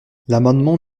l’amendement